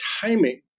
timing